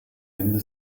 ende